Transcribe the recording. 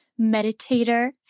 meditator